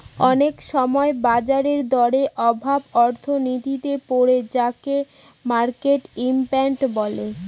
সব সময় বাজার দরের প্রভাব অর্থনীতিতে পড়ে যাকে মার্কেট ইমপ্যাক্ট বলে